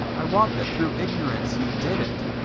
i wot that through ignorance ye did it,